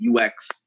UX